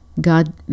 God